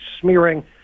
smearing